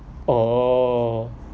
oh